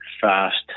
fast